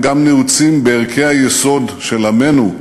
הם גם נעוצים בערכי היסוד של עמנו,